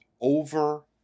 over